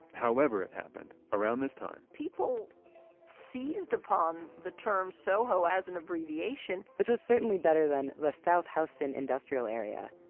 however it happened, around this time people seized upon the term soho as an abbreviation. which was certainly better than the south houston industrial area.